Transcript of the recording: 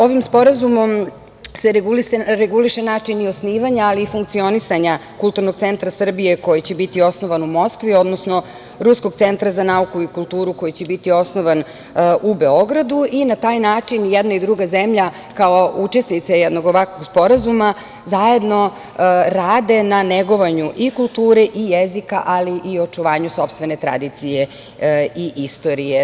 Ovim sporazumom se reguliše i način osnivanja i funkcionisanja kulturnog centra Srbije, koji će biti osnovan u Moskvi, odnosno Ruskog centra za nauku i kulturu koji će biti osnovan u Beogradu i na taj način jedna i druga zemlja, kao učesnice ovakvog sporazuma, zajedno rade na negovanju i kulture i jezika, ali i očuvanju sopstvene tradicije i istorije.